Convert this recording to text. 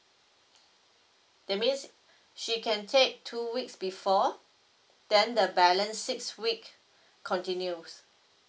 that means she can take two weeks before then the balance six week continues